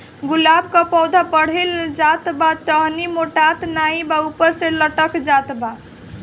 गुलाब क पौधा बढ़ले जात बा टहनी मोटात नाहीं बा ऊपर से लटक जात बा?